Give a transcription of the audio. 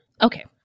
Okay